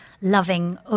loving